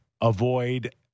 avoid